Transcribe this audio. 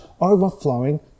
overflowing